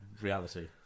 reality